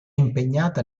impegnata